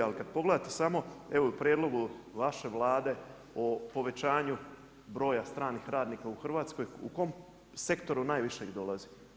Ali kada pogledate samo evo u prijedlogu vaše Vlade o povećanju broja stranih radnika u Hrvatskoj u komponente sektoru najviše ih dolazi.